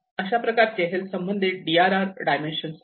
अशा प्रकारचे हेल्थ संबंधित डी आर आर डायमेन्शन आहेत